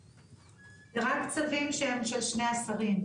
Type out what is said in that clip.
רק צווים של שני השרים,